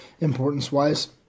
importance-wise